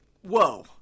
Whoa